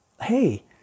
hey